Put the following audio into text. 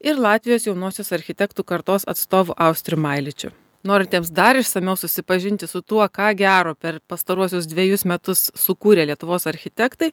ir latvijos jaunosios architektų kartos atstovu austriu mailičiu norintiems dar išsamiau susipažinti su tuo ką gero per pastaruosius dvejus metus sukūrė lietuvos architektai